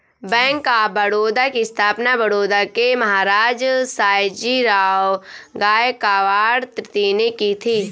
bank of Baroda की स्थापना बड़ौदा के महाराज सयाजीराव गायकवाड तृतीय ने की थी